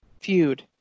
feud